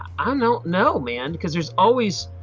i don't know man because there's always